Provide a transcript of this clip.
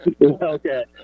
Okay